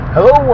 Hello